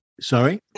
Sorry